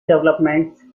developments